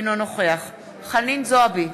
אינו נוכח חנין זועבי,